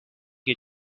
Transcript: you